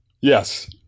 Yes